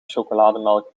chocolademelk